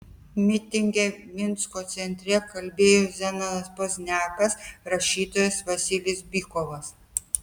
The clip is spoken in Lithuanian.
mitinge minsko centre kalbėjo zenonas pozniakas rašytojas vasilis bykovas